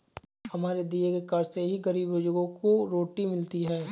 हमारे दिए कर से ही गरीब बुजुर्गों को रोटी मिलती है